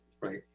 right